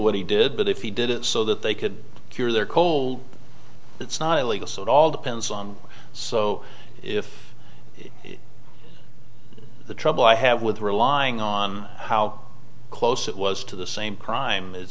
what he did but if he did it so that they could cure their cold it's not illegal so it all depends on so if it the trouble i have with relying on how close it was to the same crime